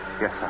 Yes